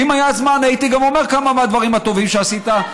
אם היה זמן הייתי גם אומר כמה מהדברים הטובים שעשית,